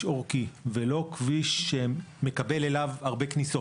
עורקי ולא כביש שמקבל אליו הרבה כניסות.